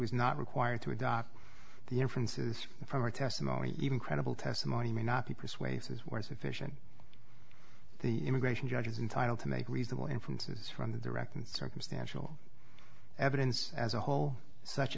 was not required to adopt the inference is from her testimony even credible testimony may not be persuasive or sufficient the immigration judges entitle to make reasonable inferences from the direct and circumstantial evidence as a whole such